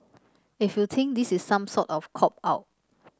if you think this is some sort of cop out